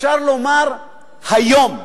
אפשר לומר היום,